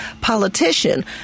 politician